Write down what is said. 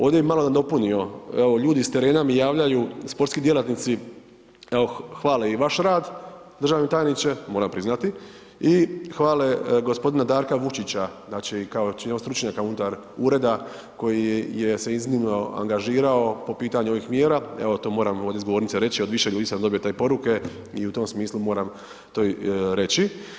Ovdje bih malo dopunio, evo ljudi s terena mi javljaju, sportski djelatnici, evo, hvale i vaš rad, državni tajniče, moram priznati i hvale g. Darka Vučića, dakle kao stručnjaka unutar ureda koji se iznimno angažirao po pitanju ovih mjera, evo, to moram ovdje s govornice reći, od više ljudi sam dobio te poruke i u tom smislu moram to reći.